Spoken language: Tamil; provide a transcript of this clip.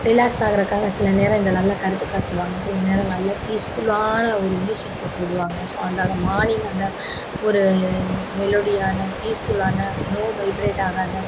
ரிலாக்ஸ் ஆகுறக்காக சிலநேரம் இந்த நல்ல கருத்துக்களை சொல்வாங்க சில நேரம் நல்ல பீஸ்ஃபுல்லான ஒரு ம்யூசிக் போட்டு விடுவாங்க ஸோ அந்த மானிங் அந்த ஒரு மெலோடியான பீஸ்ஃபுல்லான லோ வைப்ரேட் ஆகாத